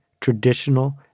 traditional